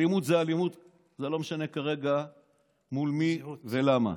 אלימות זו אלימות, זה לא משנה כרגע מול מי ולמה.